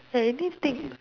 anything